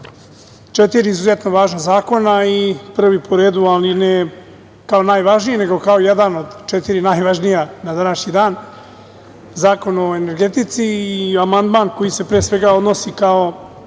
četiri izuzetno važna zakona i prvi po redu, ali ne kao najvažniji nego kao jedan od četiri najvažnija na današnji dan, Zakon o energetici i amandman koji se pre svega odnosi na